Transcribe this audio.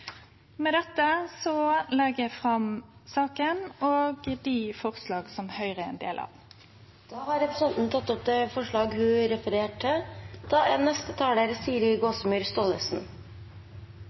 Med dette legg eg fram saka og tek opp forslaget som Høgre er ein del av. Da har representanten Torill Eidsheim tatt opp det forslaget hun refererte til.